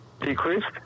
Decreased